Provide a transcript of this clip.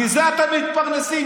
מזה אתם מתפרנסים,